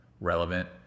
relevant